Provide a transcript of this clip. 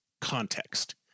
context